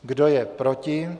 Kdo je proti?